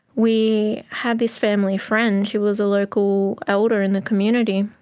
we had this family friend who was a local elder in the community,